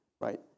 right